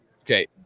okay